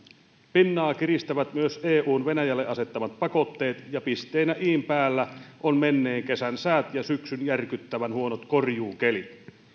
pinnaa kiristävät myös eun venäjälle asettamat pakotteet ja pisteenä in päällä ovat menneen kesän säät ja syksyn järkyttävän huonot korjuukelit